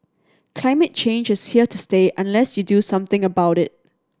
climate change is here to stay unless you do something about it